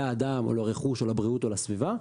אדם או לרכוש או לבריאות או לסביבה,